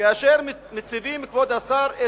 כבוד השר,